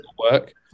work